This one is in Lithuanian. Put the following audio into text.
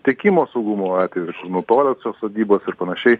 tiekimo saugumo atveju nutolusios sodybos ir panašiai